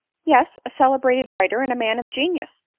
yes a celebrated writer, and a man of genius.